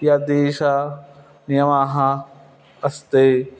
यदीदृशनियमाः अस्ति